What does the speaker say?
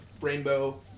rainbow